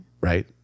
right